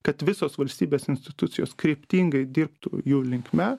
kad visos valstybės institucijos kryptingai dirbtų jų linkme